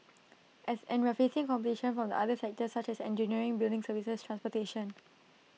as and we're facing competition from the other sectors such as engineering building services transportation